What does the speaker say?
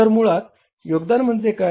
तर मुळात योगदान म्हणजे काय